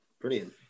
Brilliant